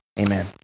Amen